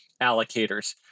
allocators